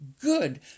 good